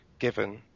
given